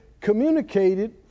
communicated